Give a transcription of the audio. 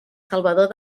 salvador